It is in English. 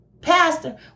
Pastor